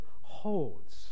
holds